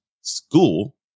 school